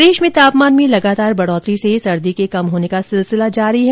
प्रदेश में तापमान में लगातार बढ़ोतरी से सर्दी के कम होने का सिलसिला जारी है